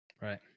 Right